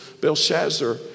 Belshazzar